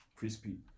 Crispy